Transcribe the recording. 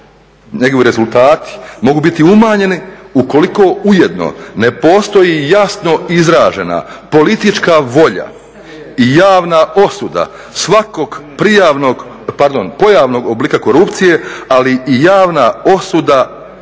njegovi rezultati mogu biti umanjeni ukoliko ujedno ne postoji jasno izražena politička volja i javna osuda svakog pojavnog oblika korupcije ali i javna osuda svakog